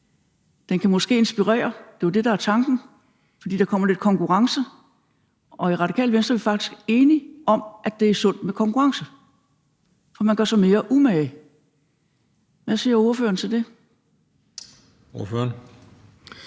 Den kan måske inspirere – det er jo det, der er tanken, fordi der kommer lidt konkurrence. Og i Radikale Venstre er vi faktisk enige i, at det er sundt med konkurrence, for man gør sig mere umage. Hvad siger ordføreren til det? Kl.